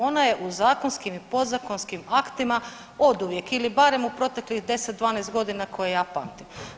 Ona je u zakonskim i podzakonskim aktima oduvijek ili barem u proteklih 10, 12 godina koje ja pamtim.